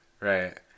Right